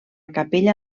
capella